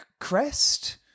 Crest